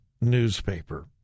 newspaper